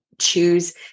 choose